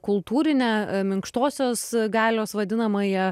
kultūrinę minkštosios galios vadinamąją